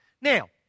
Now